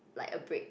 like a break